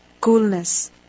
Coolness